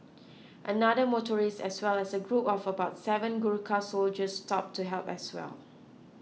another motorist as well as a group of about seven Gurkha soldiers stopped to help as well